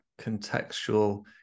contextual